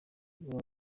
guha